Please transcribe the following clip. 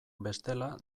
bestela